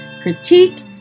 critique